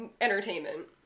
entertainment